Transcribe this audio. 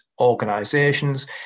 organizations